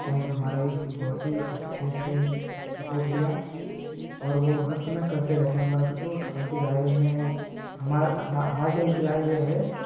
उन्होंने हमारा बहुत अच्छे से सपोर्ट किया वो हर समय करते रहते हैं हमारा सपोर्ट उनकी राय में हमा हमाये हमारे लिए उनकी राय ये है